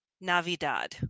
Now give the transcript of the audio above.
navidad